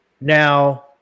now